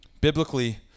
Biblically